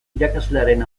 irakaslearen